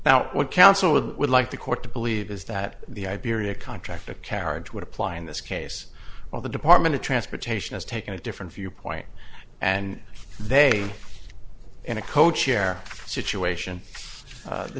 now what counsel would like the court to believe is that the iberia contract of carriage would apply in this case well the department of transportation has taken a different viewpoint and they in a co chair situation